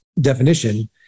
definition